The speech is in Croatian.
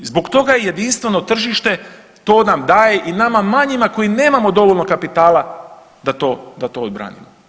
Zbog toga je jedinstveno tržište, to nam daje i nama manjima koji nemamo dovoljno kapitala da to odbranimo.